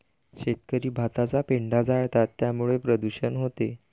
शेतकरी भाताचा पेंढा जाळतात त्यामुळे प्रदूषण होते